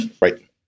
Right